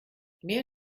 mehr